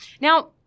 Now